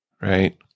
right